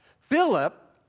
Philip